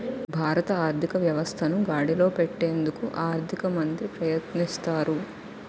భారత ఆర్థిక వ్యవస్థను గాడిలో పెట్టేందుకు ఆర్థిక మంత్రి ప్రయత్నిస్తారు